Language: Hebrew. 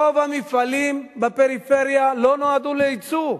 רוב המפעלים בפריפריה לא נועדו לייצוא,